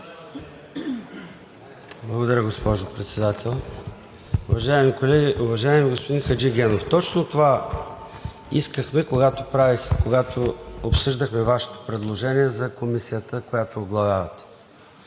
Благодаря, госпожо Председател. Уважаеми колеги! Уважаеми господин Хаджигенов, точно това искахме, когато обсъждахме Вашето предложение за Комисията, която оглавявате.